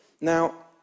Now